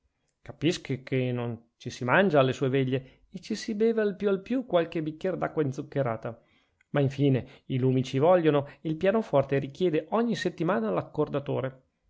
capisco che non ci si mangia alle sue veglie e ci si beve al più al più qualche bicchier d'acqua inzuccherata ma infine i lumi ci vogliono e il pianoforte richiede ogni settimana